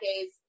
days